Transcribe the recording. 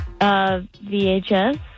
VHS